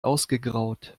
ausgegraut